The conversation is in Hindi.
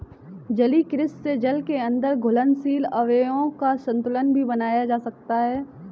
जलीय कृषि से जल के अंदर घुलनशील अवयवों का संतुलन भी बनाया जा सकता है